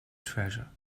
treasure